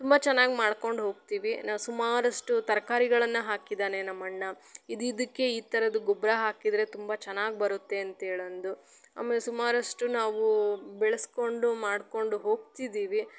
ತುಂಬ ಚೆನ್ನಾಗಿ ಮಾಡ್ಕೊಂಡು ಹೋಗ್ತೀವಿ ನಾ ಸುಮಾರಷ್ಟು ತರಕಾರಿಗಳನ್ನ ಹಾಕಿದ್ದಾನೆ ನಮ್ಮ ಅಣ್ಣ ಇದು ಇದಕ್ಕೆ ಈ ಥರದ್ದು ಗೊಬ್ಬರ ಹಾಕಿದರೆ ತುಂಬ ಚೆನ್ನಾಗಿ ಬರುತ್ತೆ ಅಂತೇಳಿ ಅಂದು ಆಮೇಲೆ ಸುಮಾರಷ್ಟು ನಾವು ಬೆಳೆಸಿಕೊಂಡು ಮಾಡಿಕೊಂಡು ಹೋಗ್ತಿದ್ದೀವಿ